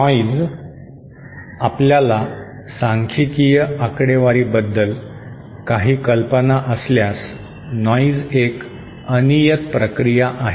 noise आपल्याला सांख्यिकीय आकडेवारीबद्दल काही कल्पना असल्यास नॉइज एक अनियत प्रक्रिया आहे